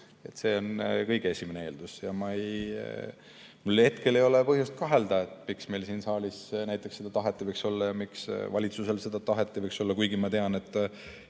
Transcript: See on kõige esimene eeldus. Mul hetkel ei ole põhjust kahelda, miks meil siin saalis näiteks seda tahet ei võiks olla ja miks valitsusel seda tahet ei võiks olla, kuigi ma tean, et